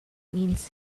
means